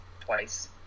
twice